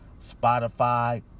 Spotify